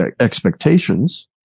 expectations